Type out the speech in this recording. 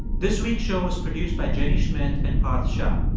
this week's show was produced by jenny schmidt and parth shah.